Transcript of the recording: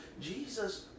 Jesus